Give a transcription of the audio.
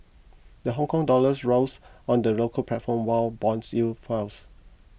the Hongkong dollars rose on the local platform while bond yields fells